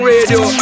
Radio